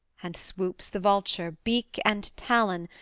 and swoops the vulture, beak and talon,